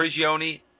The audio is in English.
Prigioni